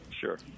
Sure